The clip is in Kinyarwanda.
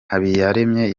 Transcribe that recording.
habiyaremye